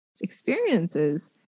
experiences